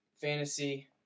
Fantasy